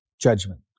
judgment